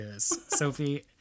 Sophie